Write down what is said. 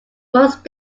most